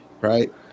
right